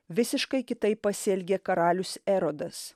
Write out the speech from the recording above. visiškai kitaip pasielgė karalius erodas